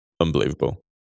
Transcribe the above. unbelievable